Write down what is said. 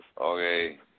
Okay